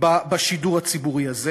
בשידור הציבורי הזה.